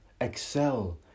excel